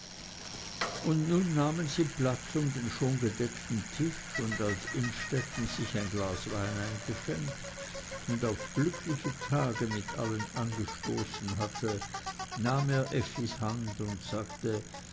und nun nahmen sie platz um den schon gedeckten tisch und als innstetten sich ein glas wein eingeschenkt und auf glückliche tage mit allen angestoßen hatte nahm er effis hand und sagte